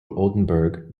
oldenburg